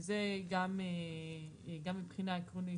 וזה גם מבחינה עקרונית,